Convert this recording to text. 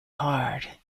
hard